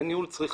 אין ניהול צריכה,